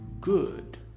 good